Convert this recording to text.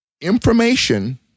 information